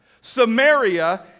Samaria